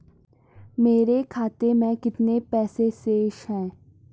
मेरे खाते में कितने पैसे शेष हैं?